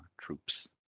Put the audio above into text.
troops